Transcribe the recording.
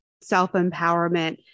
self-empowerment